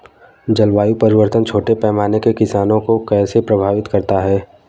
जलवायु परिवर्तन छोटे पैमाने के किसानों को कैसे प्रभावित करता है?